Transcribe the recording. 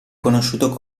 conosciuto